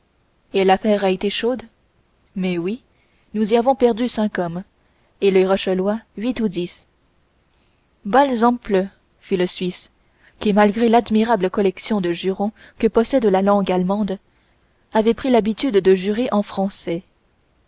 et l'affaire a été chaude mais oui nous y avons perdu cinq hommes et les rochelois huit ou dix balzampleu fit le suisse qui malgré l'admirable collection de jurons que possède la langue allemande avait pris l'habitude de jurer en français